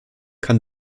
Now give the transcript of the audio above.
kann